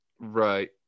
right